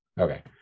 Okay